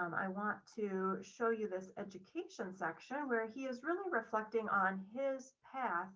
um i want to show you this education section where he is really reflecting on his path